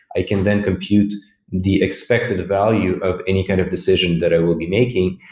i can then compute the expected value of any kind of decision that i will be making,